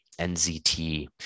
NZT